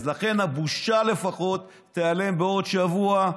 לכן הבושה לפחות תיעלם בעוד שבוע.